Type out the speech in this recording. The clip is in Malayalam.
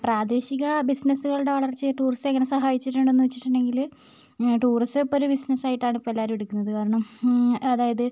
പ്രാദേശിക ബിസിനസ്സുകളുടെ വളർച്ചയെ ടൂറിസം എങ്ങനെ സഹായിച്ചിട്ടുണ്ടെന്ന് വെച്ചിട്ടുണ്ടെങ്കിൽ ടൂറിസം ഇപ്പോൾ ഒരു ബിസിനസ്സ് ആയിട്ടാണ് ഇപ്പം എല്ലാവരും എടുക്കുന്നത് കാരണം അതായത്